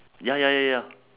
ya ya ya ya